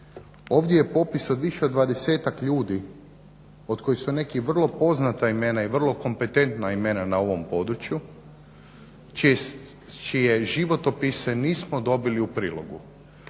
Ovdje je popis više od dvadesetak ljudi od kojih su neki vrlo poznata imena i vrlo kompetentna imena na ovom području čije životopise nismo dobili u prilogu.